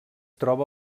troba